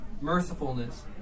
Mercifulness